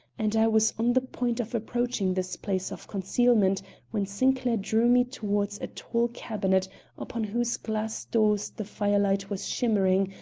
and i was on the point of approaching this place of concealment when sinclair drew me toward a tall cabinet upon whose glass doors the firelight was shimmering,